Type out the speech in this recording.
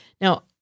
Now